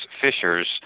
fishers